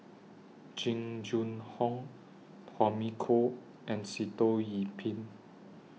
Jing Jun Hong Tommy Koh and Sitoh Yih Pin